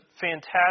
fantastic